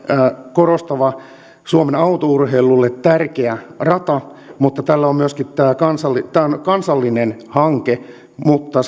korostava suomen autourheilulle tärkeä rata tämä on kansallinen hanke mutta